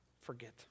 forget